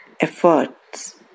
efforts